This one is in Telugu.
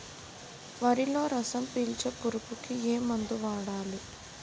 వరిలో రసం పీల్చే పురుగుకి ఏ మందు వాడాలి?